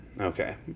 okay